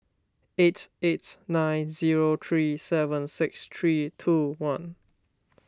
eight eight nine zero three seven six three two one